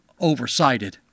oversighted